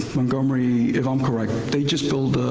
montgomery, if i'm correct, they just built,